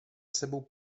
sebou